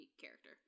character